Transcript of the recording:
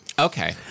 Okay